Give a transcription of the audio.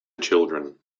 children